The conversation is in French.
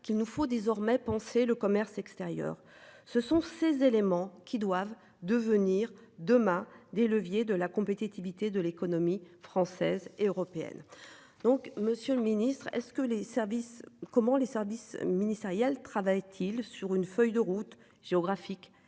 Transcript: qu'il nous faut désormais penser le commerce extérieur. Ce sont ces éléments qui doivent devenir demain des leviers de la compétitivité de l'économie française et européenne. Donc monsieur le ministre, est-ce que les services comment les services ministériels travaille-t-il sur une feuille de route géographique